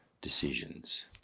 decisions